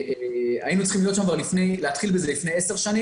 היינו צריכים להתחיל בזה לפני עשור,